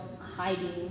hiding